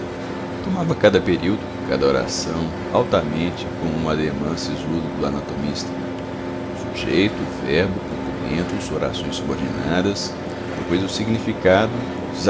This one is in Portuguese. tomava cada período cada oração altamente com o ademã sisudo do anatomista sujeito verbo complementos orações subordinadas depois o significado